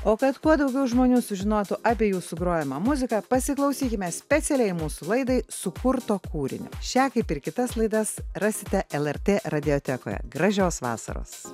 o kad kuo daugiau žmonių sužinotų apie jūsų grojamą muziką pasiklausykime specialiai mūsų laidai sukurto kūrinio šią kaip ir kitas laidas rasite lrt radiotekoje gražios vasaros